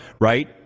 right